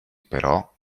però